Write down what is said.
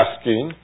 Asking